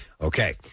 Okay